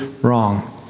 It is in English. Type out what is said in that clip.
wrong